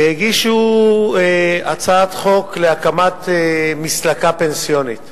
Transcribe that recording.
הגישו הצעת חוק להקמת מסלקה פנסיונית.